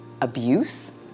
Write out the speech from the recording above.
abuse